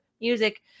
music